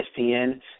ESPN